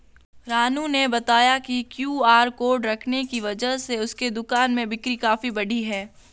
रानू ने बताया कि क्यू.आर कोड रखने की वजह से उसके दुकान में बिक्री काफ़ी बढ़ी है